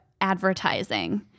advertising